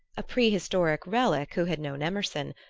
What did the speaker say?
a prehistoric relic who had known emerson,